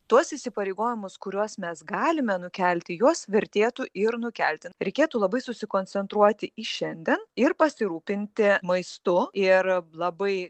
tuos įsipareigojimus kuriuos mes galime nukelti juos vertėtų ir nukelti reikėtų labai susikoncentruoti į šiandien ir pasirūpinti maistu ir labai